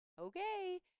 okay